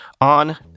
on